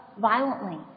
violently